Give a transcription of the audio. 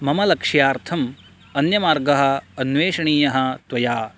मम लक्ष्यार्थम् अन्यमार्गः अन्वेषणीयः त्वया